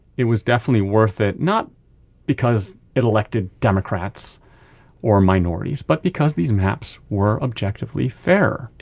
it was definitely worth it, not because it elected democrats or minorities, but because these maps were objectively fair.